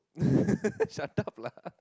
shut up lah